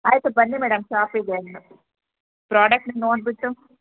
ಆಯಿತು ಬನ್ನಿ ಮೇಡಮ್ ಷಾಪಿಗೆ ಪ್ರಾಡಕ್ಟ್ ನೋಡಿಬಿಟ್ಟು